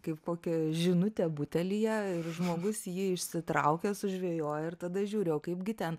kaip kokią žinutę butelyje ir žmogus jį išsitraukęs sužvejoja ir tada žiūri o kaipgi ten